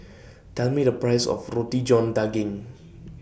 Tell Me The Price of Roti John Daging